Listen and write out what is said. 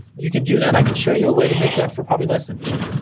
you can do that, i can show you a way to make that for probably less than two.